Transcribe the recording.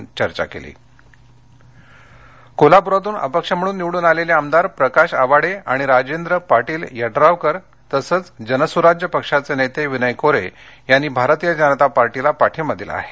पाठिंबा कोल्हापर कोल्हाप्रातून अपक्ष म्हणून निवडून आलेले आमदार प्रकाश आवाडे आणि राजेंद्र पाटील यड्रावकर तसंच जनसुराज्य पक्षाचे नेते विनय कोरे यांनी भारतीय जनता पक्षाला पाठिंबा दिला आहे